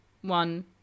one